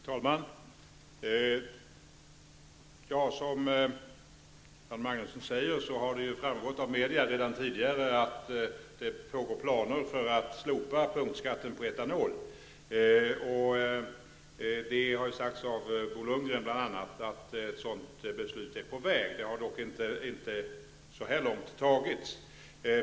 Herr talman! Som Göran Magnusson säger har det redan tidigare av media framgått att det finns planer på att slopa punktskatten på etanol. Det har sagts av bl.a. Bo Lundgren att ett sådant beslut är på väg. Det beslutet har dock ännu inte fattats.